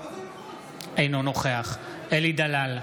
אינו נוכח אלי דלל,